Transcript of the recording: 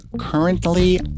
currently